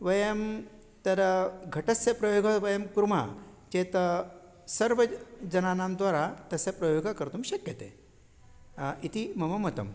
वयं तरा घटस्य प्रयोगं वयं कुर्मः चेत् सर्वजनानां द्वारा तस्य प्रयोगः कर्तुं शक्यते इति मम मतम्